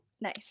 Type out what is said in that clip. Nice